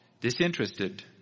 disinterested